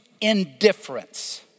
indifference